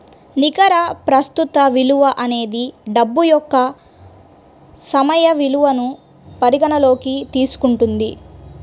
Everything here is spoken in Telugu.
నికర ప్రస్తుత విలువ అనేది డబ్బు యొక్క సమయ విలువను పరిగణనలోకి తీసుకుంటుంది